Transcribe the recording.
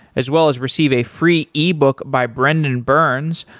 as well as receive a free ebook by brendan burns,